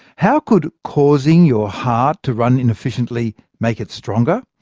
how could causing your heart to run inefficiently make it stronger?